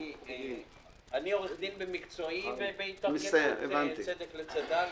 עורך דין במקצועי ושייך להתארגנות "צדק לצד"ל".